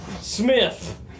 Smith